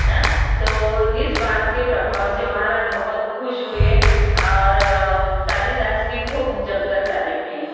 तो इस बात के प्रभाव से महाराज बहुत खुश हुए और कालिदास की खूब जमकर तारीफ़ की